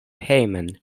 hejmen